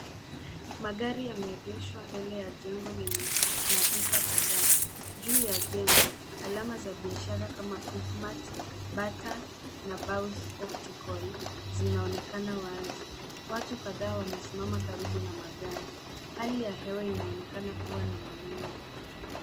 Magari yameegeshwa mbele ya jengo lenye maduka kadhaa. Juu ya jengo, alama za biashara kama quickmart, bata na baus optical zinaonekana wazi. Watu kadhaa wamesimama karibu na magari. Hali ya hewa inaonekana kuwa na mawingu.